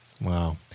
Wow